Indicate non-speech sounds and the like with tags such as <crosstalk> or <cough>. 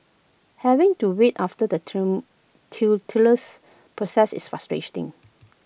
having to wait after the <unintelligible> process is frustrating